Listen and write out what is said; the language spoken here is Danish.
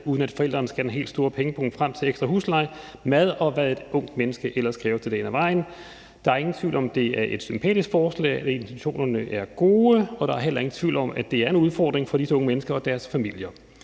uden at forældrene skal have den helt store pengepung frem til ekstra husleje, mad, og hvad et ungt menneske ellers kræver til dagen og vejen. Der er ingen tvivl om, at det er et sympatisk forslag, og at intentionerne er gode, og der er heller ingen tvivl om, at det er en udfordring for disse unge mennesker og deres familier.